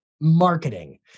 marketing